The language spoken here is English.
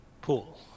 pool